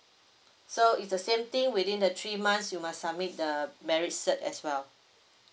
so it's the same thing within the three months you must submit the marriage cert as well